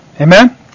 Amen